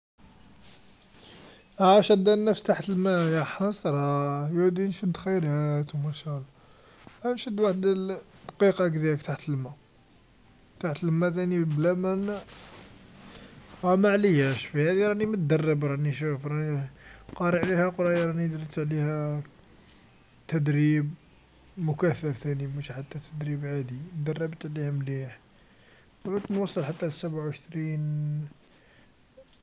عاش شادى الناس تحت الما يحسراه، يا ودي نشد خيرات و ما شاء الله، ها نشد وحد لدقيقه كذاك تحت الما، تحت الما ثاني بلا ما، ها معلياش في هذي راني مدرب راني شوف راني قاري عليها قرايا، راني درت عليها تدريب مكثف ثاني موش حتى تدريب عادي، دربت عليه مليح، نعود نوصل حتى سبعا و عشرين.